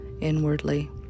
inwardly